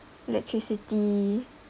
electricity